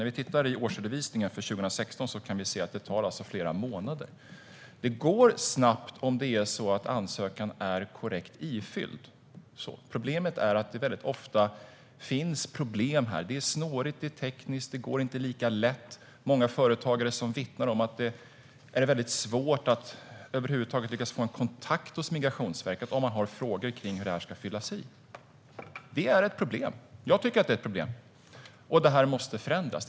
När vi tittar i årsredovisningen för 2016 kan vi se att det tar flera månader. Det går snabbt om ansökan är korrekt ifylld. Men ofta finns det problem här. Det är snårigt och tekniskt. Det går inte så lätt. Många företagare vittnar om att det är mycket svårt att över huvud taget lyckas få kontakt med Migrationsverket om man har frågor om hur ansökan ska fyllas i. Jag tycker att det är ett problem. Det här måste förändras.